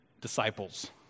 disciples